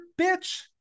bitch